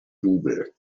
double